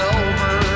over